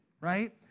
right